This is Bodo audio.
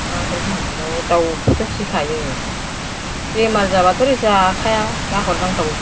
माबोरै होननांगौ न'आव दाउखौथ' फिसिखायो बेमार जाबाथ' आरो जाखाया गारहरनांखागौ